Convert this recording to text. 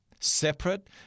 separate